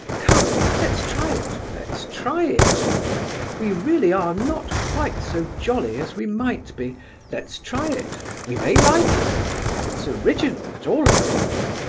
come, let's try it, let's try it we really are not quite so jolly as we might be let's try it! we may like it it's original, at all events!